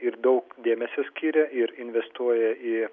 ir daug dėmesio skiria ir investuoja į